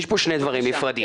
יש פה שני דברים נפרדים.